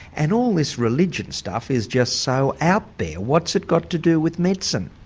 and all this religion stuff is just so out there. what's it got to do with medicine?